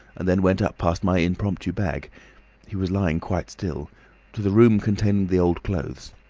and then went up past my impromptu bag he was lying quite still to the room containing the old clothes.